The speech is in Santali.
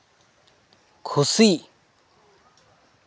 ᱠᱷᱩᱥᱤ